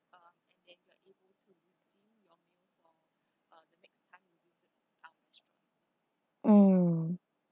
mm